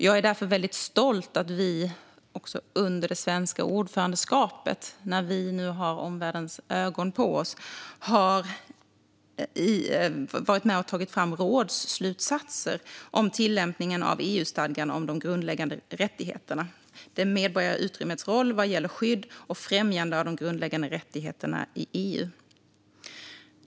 Jag är därför väldigt stolt över att vi under det svenska ordförandeskapet, när vi nu har omvärldens ögon på oss, har varit med och tagit fram rådsslutsatser om tillämpningen av EU-stadgarna om de grundläggande rättigheterna, det medborgerliga utrymmets roll vad gäller skydd och främjande av de grundläggande rättigheterna i EU.